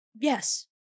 Yes